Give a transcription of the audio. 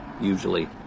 usually